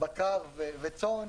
בקר וצאן,